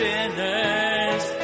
sinners